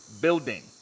building